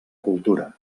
cultura